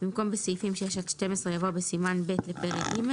במקום "בסעיפים 6 עד 12" יבוא "בסימן ב' לפרק ג'"